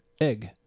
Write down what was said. Egg